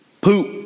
Poop